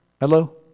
Hello